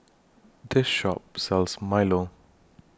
This Shop sells Milo